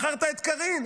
בחרת את קארין.